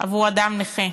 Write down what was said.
עבור אדם נכה.